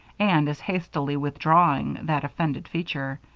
and as hastily withdrawing that offended feature.